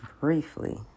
briefly